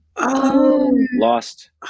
lost